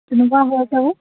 তেনেকুৱা হৈছে আৰু